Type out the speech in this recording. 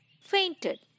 fainted